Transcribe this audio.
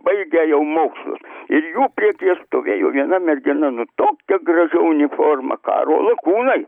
baigę jau mokslus ir jų priekyje stovėjo viena mergina nu tokia gražia uniforma karo lakūnai